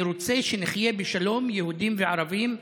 אני רוצה שנחיה בשלום, יהודים וערבים.